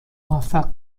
موفق